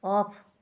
off